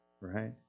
right